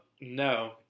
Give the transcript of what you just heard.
no